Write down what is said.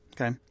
Okay